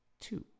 two